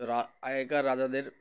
রা আগেকার রাজাদের